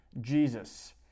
Jesus